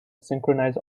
synchronize